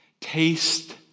Taste